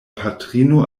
patrino